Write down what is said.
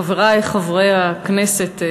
חברי חברי הכנסת,